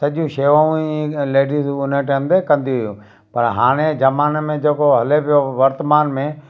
सॼी शेवाऊं ई लेडीस उन टाइम ते कंदी हुयूं पर हाणे ज़माने में जेको हले पियो वर्तमान में